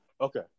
Okay